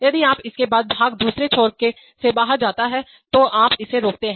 यदि आप उसके बाद भाग दूसरे छोर से बाहर जाता है तो आप इसे रोकते हैं